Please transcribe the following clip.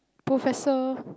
professor